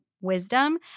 wisdom